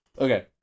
Okay